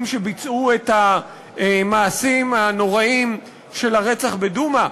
שביצעו את המעשים הנוראיים של הרצח בדומא,